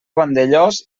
vandellòs